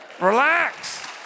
Relax